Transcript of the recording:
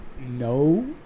No